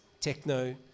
techno